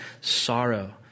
sorrow